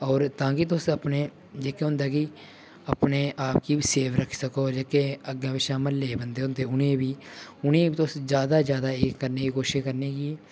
होर तां गै तुस अपने जेह्का होंदा कि अपने आप गी बी सेफ रक्खी सको होर जेह्के अग्गें पिच्छें म्हल्ले दे बन्दे होंदे ते उ'नेंगी उ'नेंगी बी तुस ज्यादा ज्यादा एह् करने दी कोशिश करनी